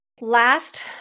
Last